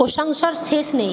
প্রশংসার শেষ নেই